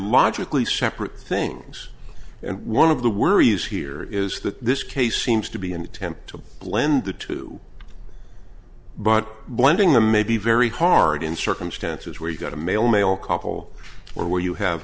logically separate things and one of the worries here is that this case seems to be an attempt to blend the two but blending them may be very hard in circumstances where you've got a male male couple or where you have